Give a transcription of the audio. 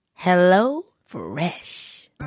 HelloFresh